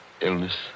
illness